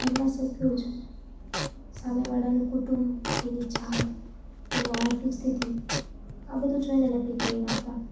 ઘરના સભ્યો જ સામેવાળાનું કુટુંબ તેની જાત તેનો આર્થિક સ્થિતિ આ બધું જોઈને નક્કી કરી નાખતા